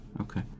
okay